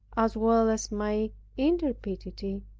as well as my intrepidity,